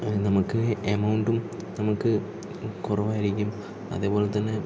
നമുക്ക് എമൌണ്ടും നമുക്ക് കുറവായിരിക്കും അതേപോലെത്തന്നെ